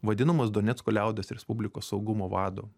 vadinamo donecko liaudies respublikos saugumo vado